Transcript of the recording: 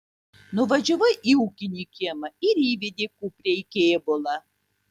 nuvažiavai į ūkinį kiemą ir įvedei kuprę į kėbulą